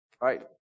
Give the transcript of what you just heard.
right